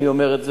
אני אומר את זה: